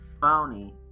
phony